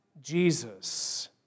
Jesus